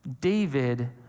David